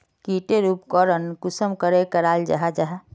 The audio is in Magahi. की टेर उपकरण कुंसम करे कराल जाहा जाहा?